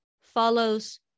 follows